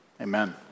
Amen